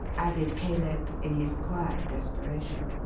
added caleb in his quiet desperation.